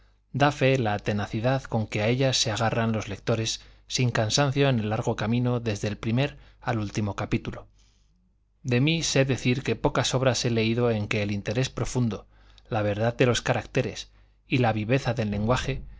da fe la tenacidad con que a ellas se agarran los lectores sin cansancio en el largo camino desde el primero al último capítulo de mí sé decir que pocas obras he leído en que el interés profundo la verdad de los caracteres y la viveza del lenguaje